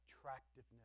attractiveness